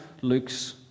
Luke's